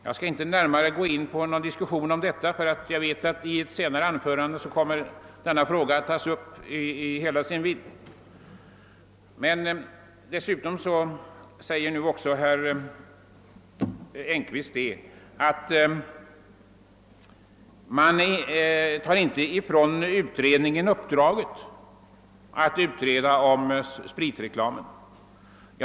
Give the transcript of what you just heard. Jag skall inte närmare gå in på en diskussion om detta — jag vet att denna fråga kommer att tas upp i hela sin vidd i ett senare anförande. Herr Engkvist sade också att man inte genom en sådan åtgärd skulle ta ifrån alkoholpolitiska utredningen uppdraget att utreda spritreklamen.